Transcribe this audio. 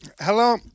Hello